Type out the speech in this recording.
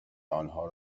آنها